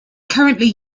currently